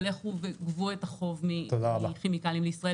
ולכו וגבו את החוב מכימיקלים לישראל,